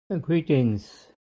Greetings